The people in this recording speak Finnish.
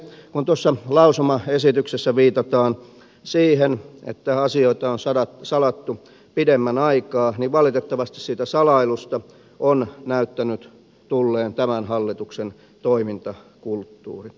kun tuossa lausumaesityksessä viitataan siihen että asioita on salattu pidemmän aikaa niin valitettavasti siitä salailusta on näyttänyt tulleen tämän hallituksen toimintakulttuuri